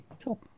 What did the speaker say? Cool